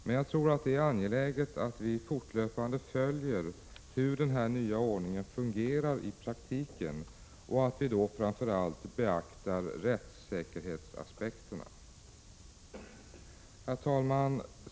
Men jag tror att det är angeläget att vi fortlöpande följer hur den här nya ordningen fungerar i praktiken och att vi då framför allt beaktar rättssäkerhetsaspekterna. Herr talman!